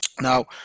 Now